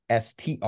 STR